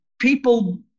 people